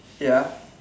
ya